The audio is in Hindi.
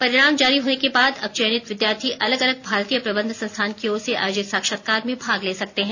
परिणाम जारी होने के बाद अब चयनित विद्यार्थी अलग अलग भारतीय प्रबंध संस्थान की ओर से आयोजित साक्षात्कार में भाग ले सकते हैं